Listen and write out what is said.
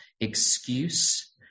excuse